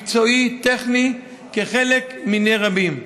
מקצועי, טכני, אחד מיני רבים.